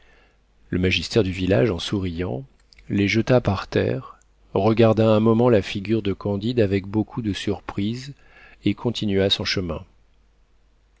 le magister du village en souriant les jeta par terre regarda un moment la figure de candide avec beaucoup de surprise et continua son chemin